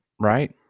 Right